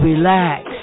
relax